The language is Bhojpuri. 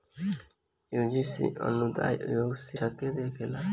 यूजीसी अनुदान आयोग उच्च शिक्षा के देखेला